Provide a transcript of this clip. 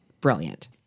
brilliant